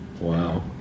Wow